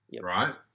Right